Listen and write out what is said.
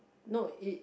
no it